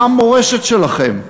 מה המורשת שלכם?